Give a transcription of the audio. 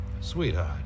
Sweetheart